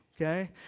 okay